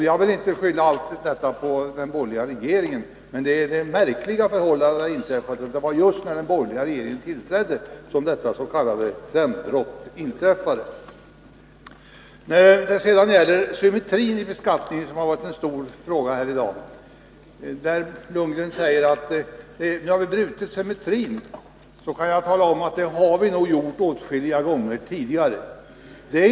Jag vill inte skylla allt detta på den borgerliga regeringen. Men det märkliga är att det var just när den borgerliga regeringen tillträdde som detta s.k. trendbrott inträffade. Symmetrin i beskattningen har varit en stor fråga här i dag. Bo Lundgren säger att vi har brutit symmetrin. Då kan jag tala om att det har vi nog gjort åtskilliga gånger tidigare.